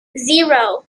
zero